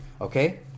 Okay